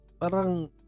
Parang